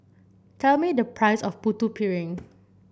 tell me the price of Putu Piring